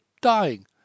dying